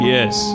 Yes